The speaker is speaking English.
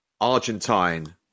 Argentine